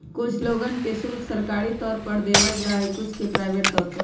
कुछ लोगन के शुल्क सरकारी तौर पर देवल जा हई कुछ के प्राइवेट तौर पर